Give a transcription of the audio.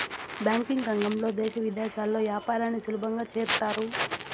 banking రంగంలో దేశ విదేశాల్లో యాపారాన్ని సులభంగా చేత్తారు